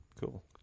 cool